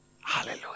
Hallelujah